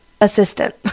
assistant